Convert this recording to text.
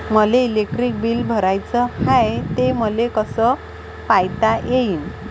मले electric bill भराचं हाय, ते मले कस पायता येईन?